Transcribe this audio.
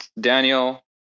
Daniel